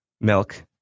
Milk